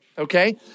Okay